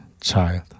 child